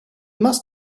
must